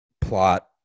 plot